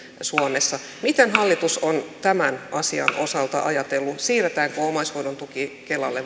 suomessa miten hallitus on tämän asian osalta ajatellut siirretäänkö omaishoidon tuki kelalle